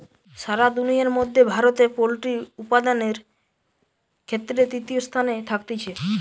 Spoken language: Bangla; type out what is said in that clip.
সারা দুনিয়ার মধ্যে ভারতে পোল্ট্রি উপাদানের ক্ষেত্রে তৃতীয় স্থানে থাকতিছে